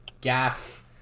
Gaff